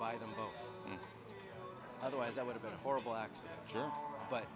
by them otherwise i would have been a horrible accident